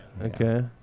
Okay